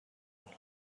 will